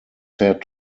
said